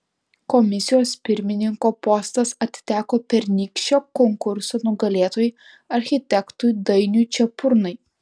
komisijos pirmininko postas atiteko pernykščio konkurso nugalėtojui architektui dainiui čepurnai